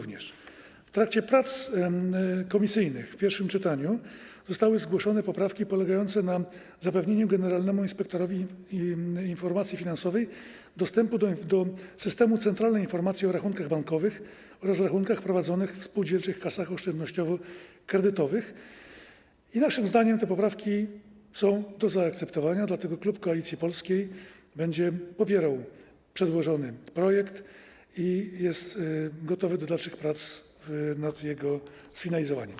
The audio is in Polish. W trakcie prac komisyjnych w pierwszym czytaniu zostały zgłoszone poprawki polegające na zapewnieniu generalnemu inspektorowi informacji finansowej dostępu do systemu centralnej informacji o rachunkach bankowych oraz rachunkach prowadzonych w spółdzielczych kasach oszczędnościowo-kredytowych i naszym zdaniem te poprawki są do zaakceptowania, dlatego klub Koalicji Polskiej będzie popierał przedłożony projekt i jest gotowy do dalszych prac nad jego sfinalizowaniem.